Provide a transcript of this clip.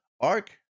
arc